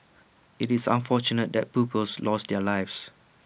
IT is unfortunate that pupils lost their lives